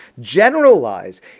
generalize